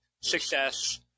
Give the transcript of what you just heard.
success